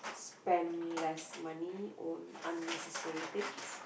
spend less money on unnecessary things